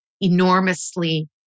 enormously